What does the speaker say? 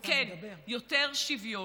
וכן, יותר שוויון.